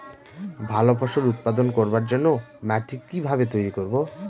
ভালো ফসল উৎপাদন করবার জন্য মাটি কি ভাবে তৈরী করব?